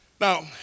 Now